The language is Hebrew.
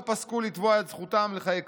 ולא פסקו לתבוע את זכותם לחיי כבוד,